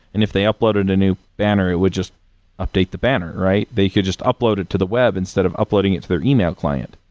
and if they uploaded a new banner, it would just update the banner, right? they could just upload it to the web instead of uploading it to their email client.